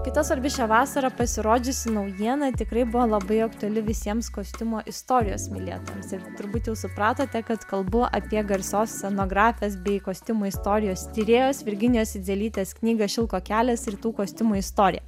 kita svarbi šią vasarą pasirodžiusi naujiena tikrai buvo labai aktuali visiems kostiumo istorijos mylėtojams ir turbūt jau supratote kad kalbu apie garsios scenografijos bei kostiumų istorijos tyrėjos virginijos idzelytės knygą šilko kelias ir tų kostiumų istoriją